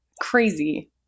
crazy